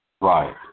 Right